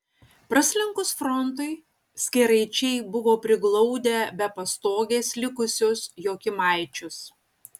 praslinkus frontui skėraičiai buvo priglaudę be pastogės likusius jokymaičius